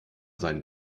sein